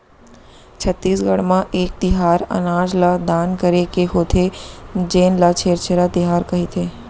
छत्तीसगढ़ म एक तिहार अनाज ल दान करे के होथे जेन ल छेरछेरा तिहार कहिथे